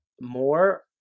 more